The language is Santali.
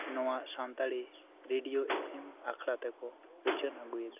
ᱱᱚᱶᱟ ᱥᱟᱱᱛᱟᱲᱤ ᱨᱮᱰᱤᱭᱳ ᱮᱯᱷᱮᱢ ᱟᱠᱷᱲᱟ ᱛᱮᱠᱚ ᱩᱪᱷᱟᱹᱱ ᱟᱹᱜᱩᱭᱮᱫᱟ